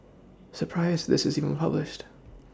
surprised this is even published